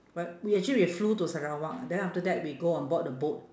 whe~ we actually we flew to sarawak then after that we go on board the boat